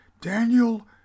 Daniel